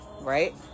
Right